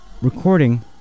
Recording